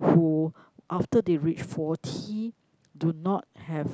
who after they reach forty do not have